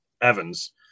Evans